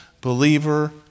believer